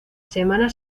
semana